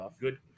Good